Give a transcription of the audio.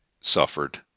suffered